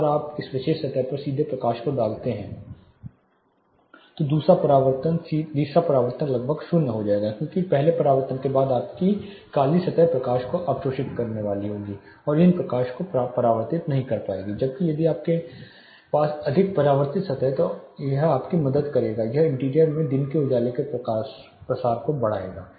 एक बार जब आप एक विशेष सतह पर सीधे प्रकाश को डालते हैं तो दूसरा परावर्तन तीसरा परावर्तन लगभग शून्य हो जाएगा क्योंकि पहले परावर्तन के बाद आपकी काली सतह प्रकाश को अवशोषित करने जा रही है और इन प्रकाश को परावर्तित नहीं करती है जबकि यदि आपके पास अधिक परावर्तित सतह हैं आपकी मदद करेगा या यह इंटीरियर में दिन के उजाले के प्रसार को बढ़ाएगा